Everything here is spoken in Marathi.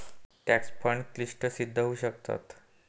ट्रस्ट फंड क्लिष्ट सिद्ध होऊ शकतात